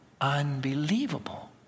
unbelievable